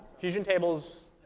fusion tables